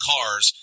Cars